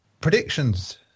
predictions